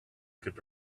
could